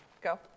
Go